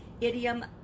idiom